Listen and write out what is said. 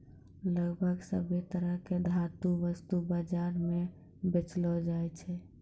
लगभग सभ्भे तरह के धातु वस्तु बाजार म बेचलो जाय छै